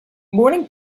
morning